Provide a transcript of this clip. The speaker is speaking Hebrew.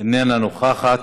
איננה נוכחת.